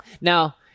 Now